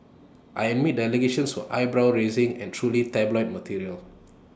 I admit the allegations were eyebrow raising and truly tabloid material